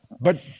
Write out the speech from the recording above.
But-